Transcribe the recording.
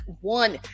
one